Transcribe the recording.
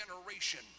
generation